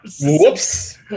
Whoops